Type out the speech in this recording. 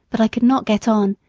but i could not get on,